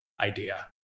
idea